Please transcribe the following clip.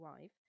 wife